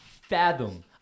Fathom